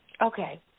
Okay